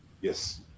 yes